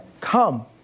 come